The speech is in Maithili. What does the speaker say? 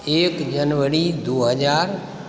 एक जनवरी दू हजार